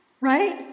right